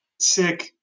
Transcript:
sick